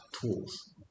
tools